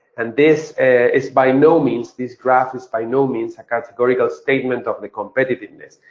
and this is by no means, this graph is by no means a categorical statement of the competitiveness.